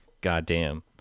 goddamn